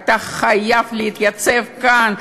אתה חייב להתייצב כאן,